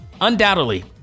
undoubtedly